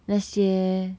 那些